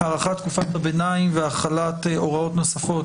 (הארכת תקופת הביניים והחלת הוראות נוספות),